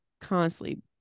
Constantly